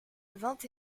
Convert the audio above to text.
vingt